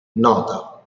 nota